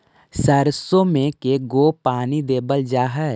सरसों में के गो पानी देबल जा है?